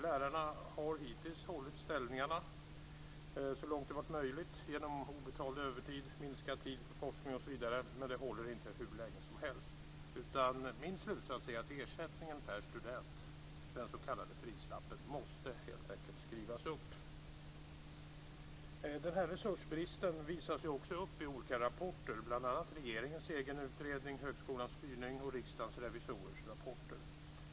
Lärarna har hittills hållit ställningarna så långt det har varit möjligt genom obetald övertid, minskad tid för forskning osv., men det håller inte hur länge som helst. Min slutsats är att ersättningen per student, den s.k. prislappen, helt enkelt måste skrivas upp. Denna resursbrist påtalas också i olika rapporter, bl.a. i regeringens egen utredning Högskolans styrning och i Riksdagens revisorers rapporter.